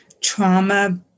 trauma